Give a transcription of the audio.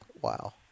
Wow